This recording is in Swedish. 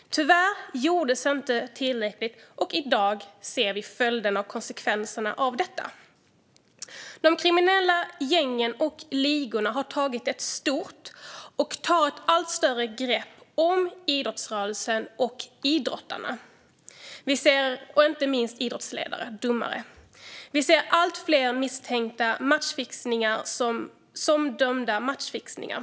Tyvärr gjordes inte tillräckligt, och i dag ser vi följderna och konsekvenserna av detta. De kriminella gängen och ligorna har tagit ett stort - och tar ett allt större - grepp om idrottsrörelsen, idrottarna och inte minst idrottsledare och domare. Vi ser allt fler såväl misstänkta som dömda matchfixningar.